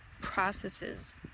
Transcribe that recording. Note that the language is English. processes